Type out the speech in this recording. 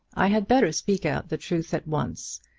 i had better speak out the truth at once.